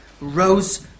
rose